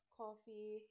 coffee